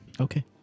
Okay